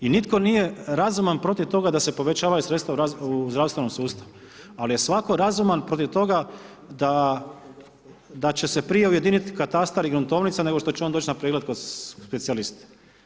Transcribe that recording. I nitko nije razuman protiv toga da se povećavaju sredstva u zdravstvenom sustavu, ali je svatko razuman protiv toga da će se prije ujediniti katastar i gruntovnica nego što će on doći na pregled kod specijaliste.